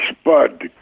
Spud